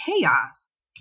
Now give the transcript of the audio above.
chaos